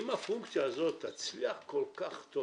אם הפונקציה הזאת תצליח כל כך טוב